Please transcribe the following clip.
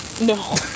No